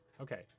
Okay